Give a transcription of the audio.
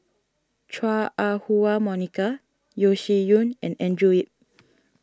Chua Ah Huwa Monica Yeo Shih Yun and Andrew Yip